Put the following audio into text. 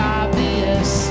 obvious